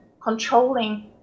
controlling